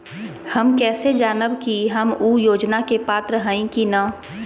हम कैसे जानब की हम ऊ योजना के पात्र हई की न?